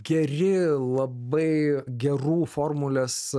geri labai gerų formules